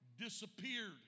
disappeared